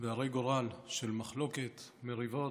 והרי גורל של מחלוקת, מריבות,